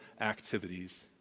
activities